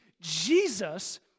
Jesus